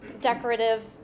decorative